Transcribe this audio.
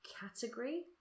category